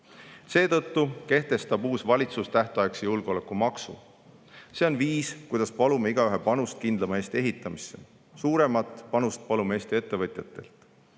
lükata. Seetõttu kehtestab uus valitsus tähtaegse julgeolekumaksu. See on viis, kuidas palume igaühe panust kindlama Eesti ehitamisse. Suuremat panust palume Eesti ettevõtjatelt.